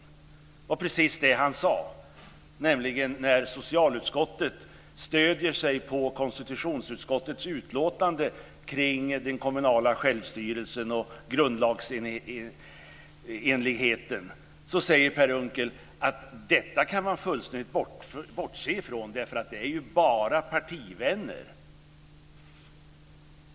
Per Unckel sade nämligen att när socialutskottet stöder sig på konstitutionsutskottets utlåtande kring den kommunala självstyrelsen och grundlagsenligheten kan man fullständigt bortse från detta därför att det är ju bara partivänner.